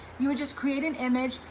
you would just create an image,